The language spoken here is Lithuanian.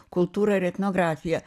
kultūrą ir etnografiją